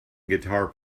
guitar